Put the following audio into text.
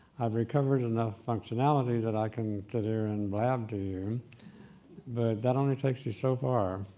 i've recovered enough functionality that i can sit here and blab to you, but that only takes you so far.